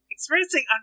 experiencing